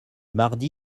mardi